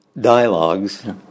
dialogues